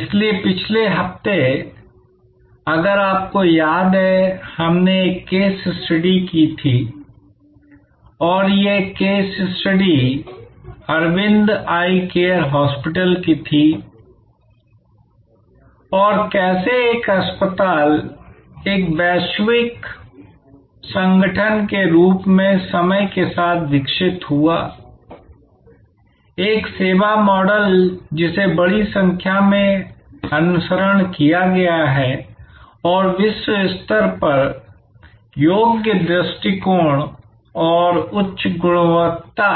इसलिए पिछले हफ्ते अगर आपको याद है हमने एक केस अध्ययन किया था और यह केस अध्ययन अरविंद आई केयर हॉस्पिटल का था कि कैसे एक अस्पताल एक वैश्विक संगठन के रूप में समय के साथ विकसित हुआ एक सेवा मॉडल जिसे बड़ी संख्या में अनुकरण किया गया है और विश्व स्तर पर योग्य दृष्टिकोण और उच्च गुणवत्ता